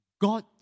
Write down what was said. God